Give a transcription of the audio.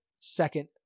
second